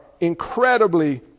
incredibly